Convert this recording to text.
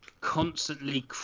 constantly